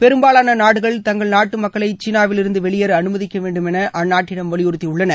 பெரும்பாலான நாடுகள் தங்கள் நாட்டு மக்களை சீனாவிலிருந்து வெளியேற அனுமதிக்க வேண்டுமென அந்நாட்டிடம் வலியுறுத்தியுள்ளன